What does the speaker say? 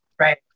Right